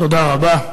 תודה רבה.